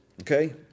Okay